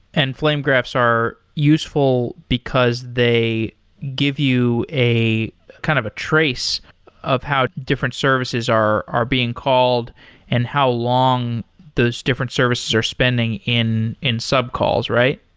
and flame graphs are useful because they give you kind of a trace of how different services are are being called and how long those different services are spending in in sub-calls, right?